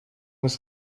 was